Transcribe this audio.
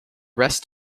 rest